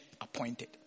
appointed